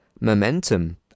momentum